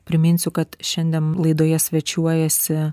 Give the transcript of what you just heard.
priminsiu kad šiandien laidoje svečiuojasi